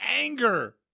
anger